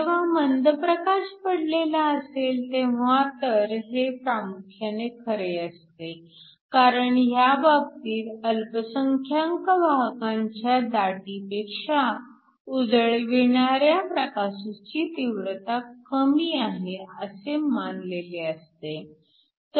जेव्हा मंद प्रकाश पडलेला असेल तेव्हा तर हे प्रामुख्याने खरे असते कारण ह्या बाबतीत अल्पसंख्यानक वाहकांच्या दाटी पेक्षा उजळविणाऱ्या प्रकाशाची तीव्रता कमी आहे असे मानलेले असते